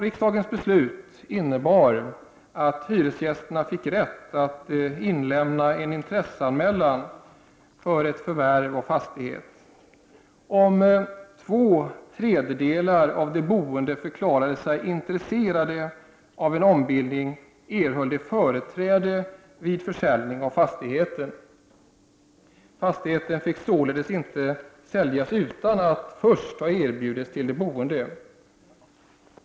| Riksdagens beslut innebar att hyresgästerna fick rätt att inlämna en intresseanmälan gällande förvärv av fastigheten. Om två tredjedelar av de boende förklarade sig intresserade av en ombildning erhöll de företräde vid en försäljning av fastigheten. Fastigheten fick således inte säljas utan att först ha erbjudits till de boende.